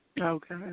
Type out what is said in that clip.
Okay